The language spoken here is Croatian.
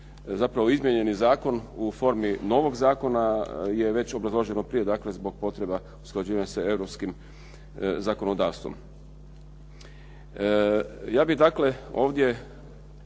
zapravo izmijenjeni zakon u formi novog zakona je već obrazloženo prije, dakle zbog potreba usklađivanja sa europskim zakonodavstvom. Ja bih dakle ovdje